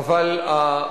תודה רבה,